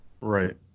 Right